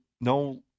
no